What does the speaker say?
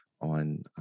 On